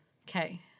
Okay